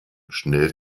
schnell